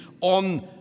on